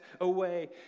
away